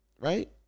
right